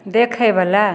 देखैवला